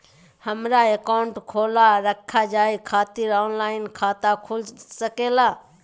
हमारा अकाउंट खोला रखा जाए खातिर ऑनलाइन खाता खुल सके ला?